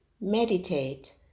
Meditate